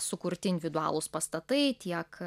sukurti individualūs pastatai tiek